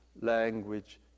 language